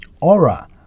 aura